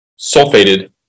sulfated